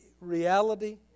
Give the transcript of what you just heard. Reality